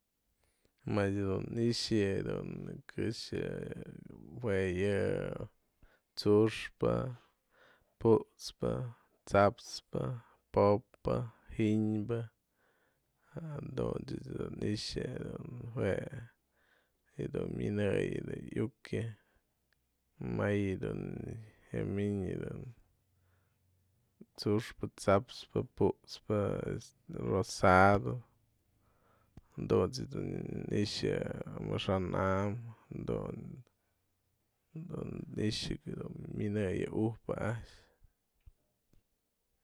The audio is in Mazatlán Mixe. Mëdyë dun i'ixa yë dun këxë jue yë tsu'uxpë, putspë, tsa'ap pë, po'op pë, gynbë, jadun ech dun i'ixa jue yë dun myënëyën, iukë may yë dun jyaminë, tsu'uxpë, tsa'ap pë, putspë, rosado, dunt's yë dun i'ixa amaxa'an am dun dun i'ixa dun myënëy yë ujpë a'ax.